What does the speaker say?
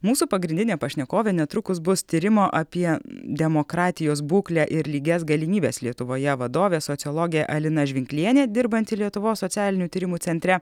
mūsų pagrindinė pašnekovė netrukus bus tyrimo apie demokratijos būklę ir lygias galimybes lietuvoje vadovė sociologė alina žvinklienė dirbanti lietuvos socialinių tyrimų centre